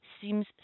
seems